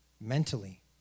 mentally